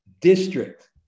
district